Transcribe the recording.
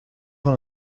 van